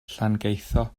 llangeitho